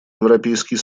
европейский